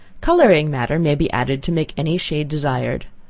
coloring matter may be added to make any shade desired.